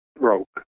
broke